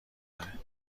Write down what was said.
داره